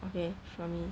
okay fine